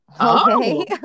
Okay